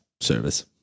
service